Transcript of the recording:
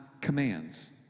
commands